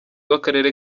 w’akarere